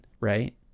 right